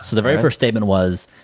so the very first statement was,